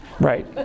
right